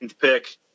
pick